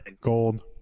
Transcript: Gold